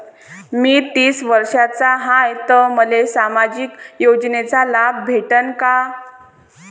मी तीस वर्षाचा हाय तर मले सामाजिक योजनेचा लाभ भेटन का?